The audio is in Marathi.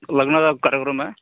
लग्नाचा कायर्क्रम आहे